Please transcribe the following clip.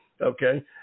Okay